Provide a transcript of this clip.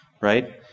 right